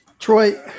Troy